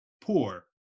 poor